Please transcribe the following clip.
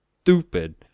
stupid